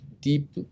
deep